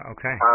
Okay